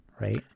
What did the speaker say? right